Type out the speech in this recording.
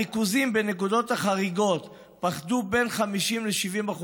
הריכוזים בנקודות החריגות פחתו בין 50% ל-70%.